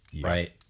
Right